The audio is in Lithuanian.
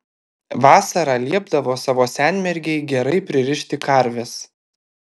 vasarą liepdavo savo senmergei gerai pririšti karves